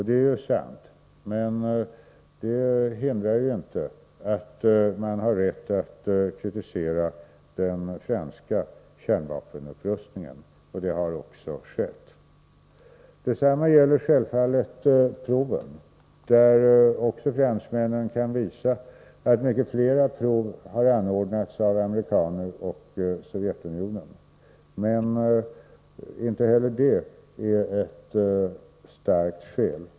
Detta är sant, men hindrar inte att vi har rätt att kritisera den franska kärnvapenupprustningen. Så har också skett. Detsamma gäller självfallet proven. Också där kan fransmännen visa på att många fler prov anordnas av USA och Sovjetunionen. Men inte heller detta är ett starkt skäl.